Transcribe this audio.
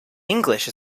english